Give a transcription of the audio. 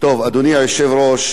הנה הוא פה,